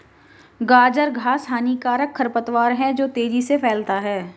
गाजर घास हानिकारक खरपतवार है जो तेजी से फैलता है